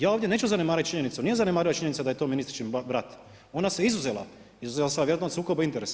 Ja ovdje neću zanemariti činjenicu, nije zanemariva činjenica da je to ministričin brat, ona se izuzela od sukoba interesa.